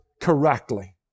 correctly